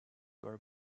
were